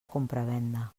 compravenda